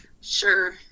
Sure